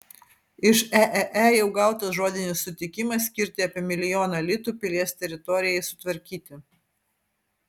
iš eee jau gautas žodinis sutikimas skirti apie milijoną litų pilies teritorijai sutvarkyti